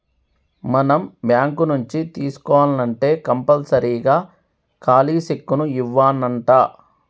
మనం బాంకు నుంచి తీసుకోవాల్నంటే కంపల్సరీగా ఖాలీ సెక్కును ఇవ్యానంటా